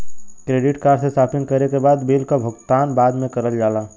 credit card से shopping करे के बाद बिल क भुगतान बाद में करल जाला